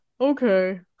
Okay